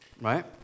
right